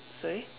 sorry